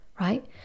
right